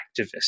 activists